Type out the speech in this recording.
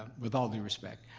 with all due respect.